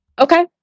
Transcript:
Okay